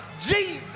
Jesus